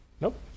nope